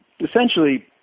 Essentially